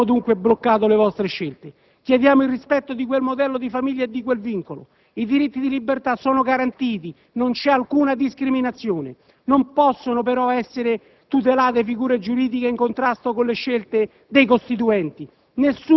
Abbiamo dunque bloccato le vostre scelte. Chiediamo il rispetto di quel modello di famiglia e di quel vincolo. I diritti di libertà sono garantiti. Non c'è alcuna discriminazione. Non possono però essere tutelate figure giuridiche in contrasto con le scelte dei Costituenti.